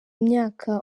myaka